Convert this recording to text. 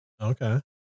Okay